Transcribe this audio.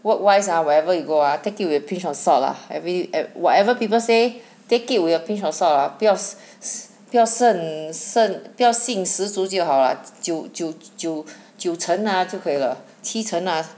work wise ah wherever you go ah take it with a pinch of salt ah every~ at whatever people say take it with a pinch of salt ah 不要 s~ s~ 不要剩剩不要信十足就好了九九九九成啊就可以了七成啊